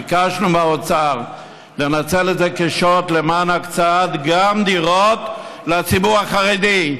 ביקשנו מהאוצר לנצל את זה כשוט למען הקצאת דירות גם לציבור החרדי,